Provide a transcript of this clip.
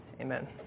Amen